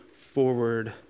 forward